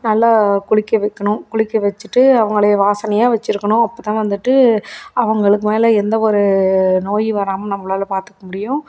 நல்லா குளிக்க வைக்கணும் குளிக்க வச்சிட்டு அவங்களை வாசனையாக வச்சிருக்கணும் அப்போதான் வந்துட்டு அவங்களுக்கு மேலே எந்தவொரு நோய் வராமல் நம்மளால பார்த்துக்க முடியும்